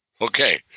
Okay